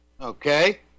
Okay